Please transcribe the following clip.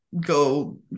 go